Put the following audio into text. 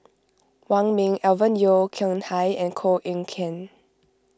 Wong Ming Alvin Yeo Khirn Hai and Koh Eng Kian